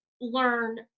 learn